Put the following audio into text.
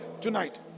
tonight